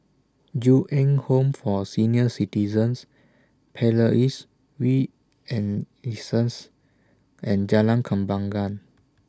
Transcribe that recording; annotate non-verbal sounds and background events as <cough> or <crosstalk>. Ju Eng Home For Senior Citizens Palais We and <unintelligible> and Jalan Kembangan